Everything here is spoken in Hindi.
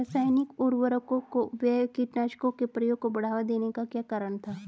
रासायनिक उर्वरकों व कीटनाशकों के प्रयोग को बढ़ावा देने का क्या कारण था?